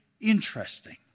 interesting